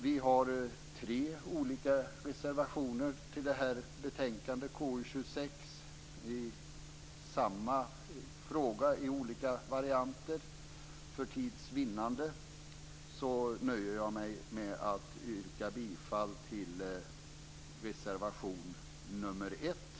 Vi har tre reservationer till betänkandet KU26 i samma fråga, men i olika varianter. För tids vinnande nöjer jag mig med att yrka bifall till reservation nr 1.